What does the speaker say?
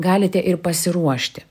galite ir pasiruošti